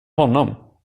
honom